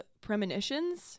premonitions